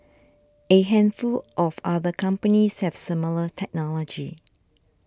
a handful of other companies have similar technology